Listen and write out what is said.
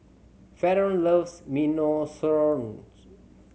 Faron loves Minestrone